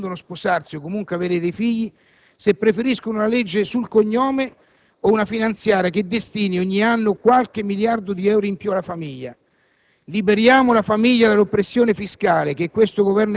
ai milioni di giovani che intendono sposarsi o comunque avere dei figli, se preferiscono una legge sul cognome o una finanziaria che destini ogni anno qualche miliardo di euro in più alla famiglia.